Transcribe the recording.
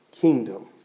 kingdom